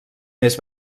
més